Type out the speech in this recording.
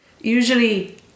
usually